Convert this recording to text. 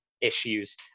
issues